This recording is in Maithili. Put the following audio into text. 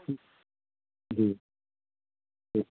जी जी